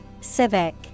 Civic